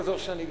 באזור שאני גר.